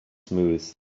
smooths